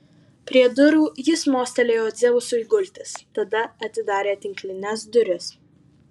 prie durų jis mostelėjo dzeusui gultis tada atidarė tinklines duris